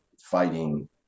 fighting